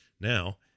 Now